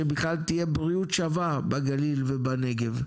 שבכלל תהיה בריאות שווה בגליל ובנגב.